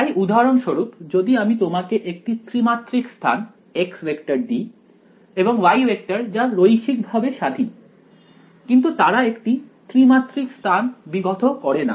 তাই উদাহরণস্বরূপ যদি আমি তোমাকে একটি ত্রিমাত্রিক স্থান x ভেক্টর দিই এবং y ভেক্টর যা রৈখিক ভাবে স্বাধীন কিন্তু তারা একটি ত্রিমাত্রিক স্থান বিঘত করে না